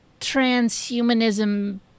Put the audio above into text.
transhumanism